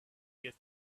get